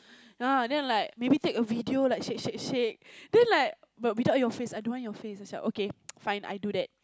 ya then like maybe take a video like shake shake shake then like but without your face I don't want your face I say okay fine I do that